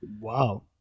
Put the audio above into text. Wow